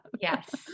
Yes